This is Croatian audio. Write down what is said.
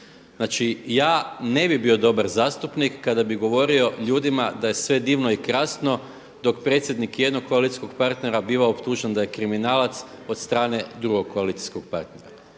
Znači, ja ne bih bio dobar zastupnik kada bih govorio ljudima da je sve divno i krasno dok predsjednik jednog koalicijskog partnera biva optužen da je kriminalac od strane drugog koalicijskog partnera.